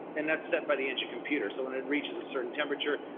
and that's set by the engine computer. so when it reaches a certain temperature,